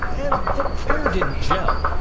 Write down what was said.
and the pair didn't gel.